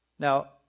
Now